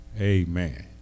Amen